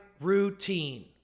routine